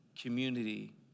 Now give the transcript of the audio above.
Community